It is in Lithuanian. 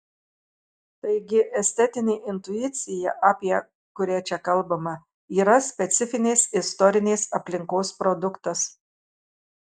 taigi estetinė intuicija apie kurią čia kalbama yra specifinės istorinės aplinkos produktas